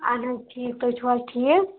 اہن حظ ٹھیٖک تُہۍ چُھو حظ ٹھیٖک